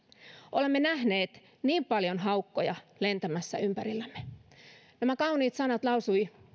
olemme nähneet niin paljon haukkoja lentämässä ympärillämme nämä kauniit sanat lausui